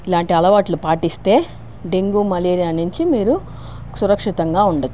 ఇలాంటి అలవాట్లు పాటిస్తే డెంగ్యూ మలేరియా నుంచి మీరు సురక్షితంగా ఉండవచ్చు